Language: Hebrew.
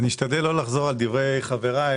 אני אשתדל לא לחזור על דברי חבריי,